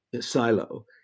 silo